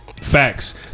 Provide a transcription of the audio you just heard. Facts